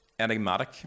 enigmatic